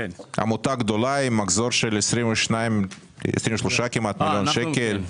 עמותה גדולה עם מחזור של 23 מיליון שקל.